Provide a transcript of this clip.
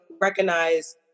recognize